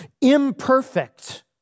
imperfect